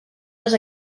les